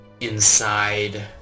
inside